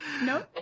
No